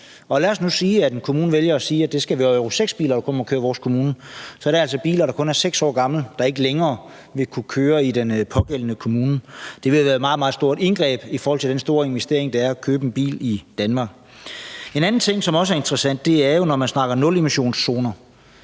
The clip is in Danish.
Og lad os nu sige, at en kommune vælger at sige, at det kun skal være Euro 6-biler, der må køre i deres kommune, er det altså biler, der kun er 6 år gamle, der ikke længere vil kunne køre i den pågældende kommune. Det vil være et meget, meget stort indgreb i forhold til den store investering, det er, at købe en bil i Danmark. En anden ting, og det er også interessant, er, at når man snakker nulemissionszoner,